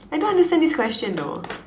I don't understand this question though